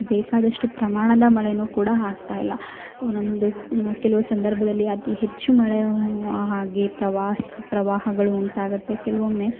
ಬೇಕಾದಷ್ಟು ಪ್ರಮಾಣದ ಮಳೆಯೂ ಕೂಡ ಆಗ್ತಾಯಿಲ್ಲ ಒಂದೊಂದು ಕೆಲವು ಸಂದರ್ಭದಲ್ಲಿ ಅತಿ ಹೆಚ್ಚು ಮಳೆ ಆಗಿ ಪ್ರವಾಸ ಪ್ರವಾಹಗಳು ಉಂಟಾಗುತ್ತೆ ಕೆಲವೊಮ್ಮೆ